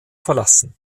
verlassen